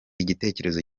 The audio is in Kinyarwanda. igitekerezo